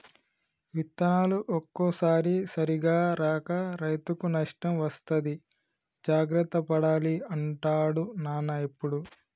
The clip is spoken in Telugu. విత్తనాలు ఒక్కోసారి సరిగా రాక రైతుకు నష్టం వస్తది జాగ్రత్త పడాలి అంటాడు నాన్న ఎప్పుడు